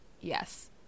yes